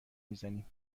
میزنیم